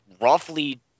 roughly